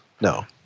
No